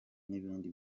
n’ibindi